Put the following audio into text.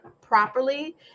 properly